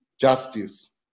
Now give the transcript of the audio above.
justice